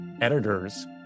editors